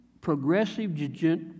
progressive